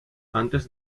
antes